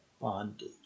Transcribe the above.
bondage